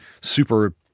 super